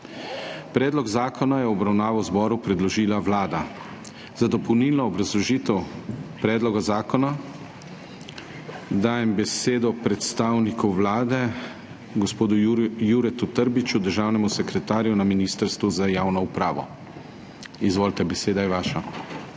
Predlog zakona je v obravnavo zboru predložila Vlada. Za dopolnilno obrazložitev predloga zakona dajem besedo predstavniku Vlade gospodu Juretu Trbiču, državnemu sekretarju na Ministrstvu za javno upravo. Izvolite, beseda je vaša.